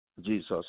Jesus